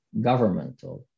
governmental